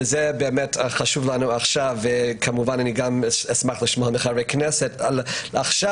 וזה חשוב לנו עכשיו ואשמח לשמוע מחברי הכנסת על עכשיו